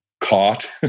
caught